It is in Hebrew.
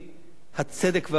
הצדק והמוסר הנוהג,